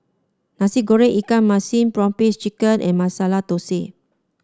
Nasi Goreng Ikan Masin prawn paste chicken and Masala Thosai